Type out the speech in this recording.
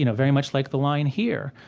you know very much like the line here.